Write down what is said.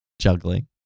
juggling